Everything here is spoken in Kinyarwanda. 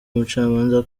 umucamanza